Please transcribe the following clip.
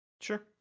sure